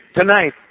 tonight